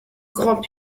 grand